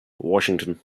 washington